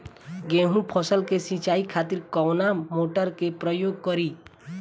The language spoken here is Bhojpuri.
गेहूं फसल के सिंचाई खातिर कवना मोटर के प्रयोग करी?